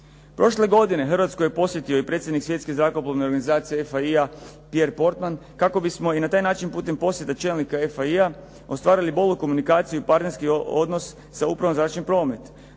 Prošle godine Hrvatsku je posjetio i predsjednik Svjetske zrakoplovne organizacije .../Govornik se ne razumije./ ... Pjer Portman kako bismo i na taj način putem posjete čelnika EASA-e ostvarili bolju komunikaciju i partnerski odnos sa upravom zračni promet.